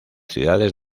ciudades